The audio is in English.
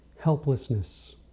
helplessness